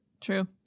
True